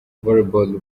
volleyball